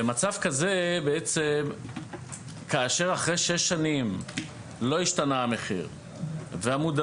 במצב כזה בעצם כאשר אחרי שש שנים לא השתנה המחיר והמודעות